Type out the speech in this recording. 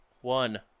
one